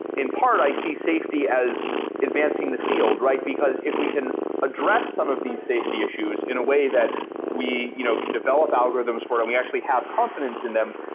in part, i see safety as advancing the field, right? because if we can address some of these safety issues in a way that we you know can develop algorithms forward and we actually have confidence in them,